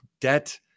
debt